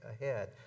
ahead